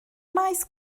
maes